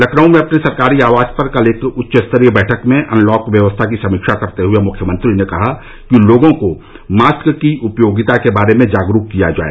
लखनऊ में अपने सरकारी आवास पर कल एक उच्च स्तरीय बैठक में अनलॉक व्यवस्था की समीक्षा करते हए मृख्यमंत्री ने कहा कि लोगों को मास्क की उपयोगिता के बारे में जागरूक किया जाए